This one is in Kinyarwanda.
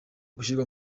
gushyirwa